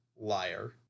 liar